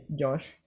Josh